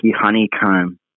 honeycomb